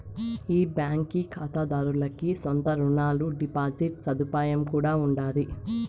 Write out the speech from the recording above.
ఈ బాంకీ కాతాదార్లకి సొంత రునాలు, డిపాజిట్ సదుపాయం కూడా ఉండాది